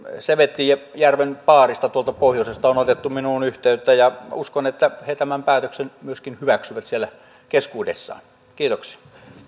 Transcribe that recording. sevettijärven baarista tuolta pohjoisesta on otettu minuun yhteyttä ja uskon että he tämän päätöksen myöskin hyväksyvät siellä keskuudessaan kiitoksia